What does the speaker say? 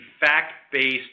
fact-based